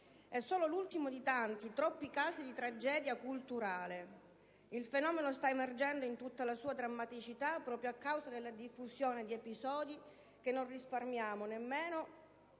È solo l'ultimo di tanti, troppi casi di tragedia culturale: il fenomeno sta emergendo in tutta la sua drammaticità, proprio a causa della diffusione di episodi che non risparmiano nemmeno